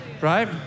Right